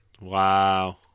Wow